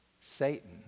Satan